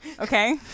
Okay